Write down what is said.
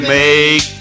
make